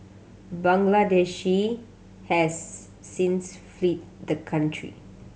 Bangladeshi has since fled the country